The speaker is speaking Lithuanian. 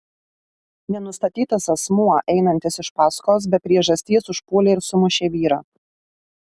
nenustatytas asmuo einantis iš paskos be priežasties užpuolė ir sumušė vyrą